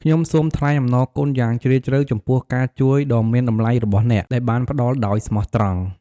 ខ្ញុំសូមថ្លែងអំណរគុណយ៉ាងជ្រាលជ្រៅចំពោះការជួយដ៏មានតម្លៃរបស់អ្នក ដែលបានផ្ដល់ដោយស្មោះត្រង់។